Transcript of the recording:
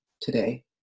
today